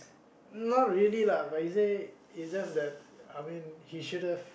not really lah but he said it's just that I mean he should have